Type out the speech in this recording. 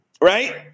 Right